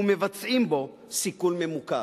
ומבצעים בו סיכול ממוקד.